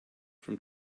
from